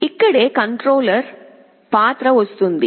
ఇక్కడే కంట్రోలర్ పాత్ర వస్తుంది